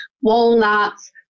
walnuts